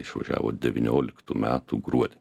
išvažiavo devynioliktų metų gruodį